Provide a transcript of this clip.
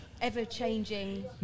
ever-changing